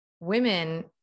women